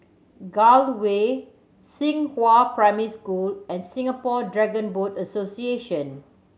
Gul Way Xinghua Primary School and Singapore Dragon Boat Association